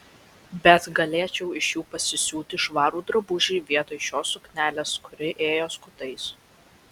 bet galėčiau iš jų pasisiūti švarų drabužį vietoj šios suknelės kuri ėjo skutais